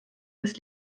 des